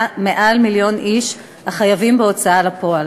יותר ממיליון איש, החייבים בהוצאה לפועל.